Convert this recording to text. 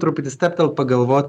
truputį stabtelt pagalvot